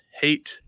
hate